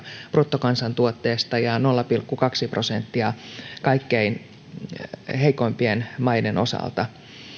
bruttokansantuotteesta ja ja nolla pilkku kahteen prosenttiin kaikkein heikoimpien maiden osalta